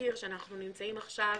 נמצאים עכשיו,